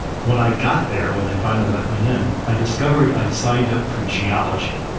when i got there, when they finally let me in, i discovered i'd signed up for geology.